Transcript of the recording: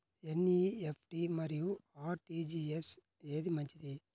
NEFT మరియు RTGS ఏది మంచిది?